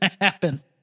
happen